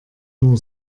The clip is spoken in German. nur